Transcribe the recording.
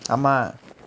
ஆமா:aamaa